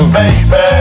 baby